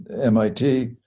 MIT